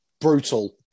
Brutal